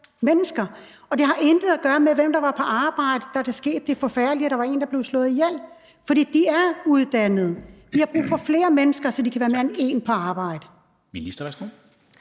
mennesker. Og det havde intet at gøre med, hvem der var på arbejde, da der skete det forfærdelige, at der var en, der blev slået ihjel, for de var uddannede. Vi har brug for flere mennesker, så de kan være mere end en på arbejde. Kl. 14:01 Formanden